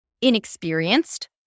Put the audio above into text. inexperienced